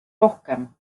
rohkem